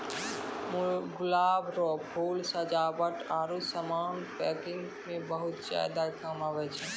गुलाब रो फूल सजावट आरु समान पैकिंग मे बहुत ज्यादा काम आबै छै